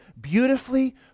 beautifully